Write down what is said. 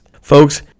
Folks